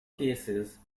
cases